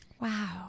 Wow